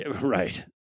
right